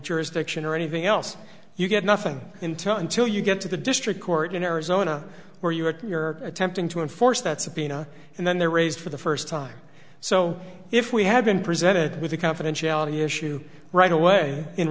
jurisdiction or anything else you get nothing into until you get to the district court in arizona where you are you're attempting to enforce that subpoena and then they're raised for the first time so if we had been presented with a confidentiality issue right away in